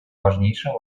важнейшим